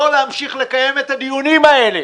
לא להמשיך לקיים את הדיונים האלה,